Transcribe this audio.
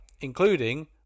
including